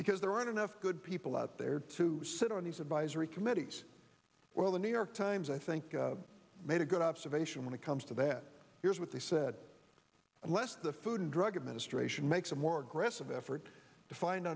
because there aren't enough good people out there to sit on these advisory committees well the new york times i think made a good observation when it comes to that here's what they said unless the food and drug administration makes a more aggressive effort to find